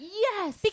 Yes